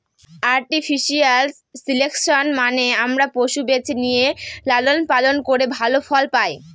artificial selection মানে আমরা পশু বেছে নিয়ে লালন পালন করে ভালো ফল পায়